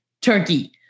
turkey